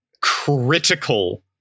critical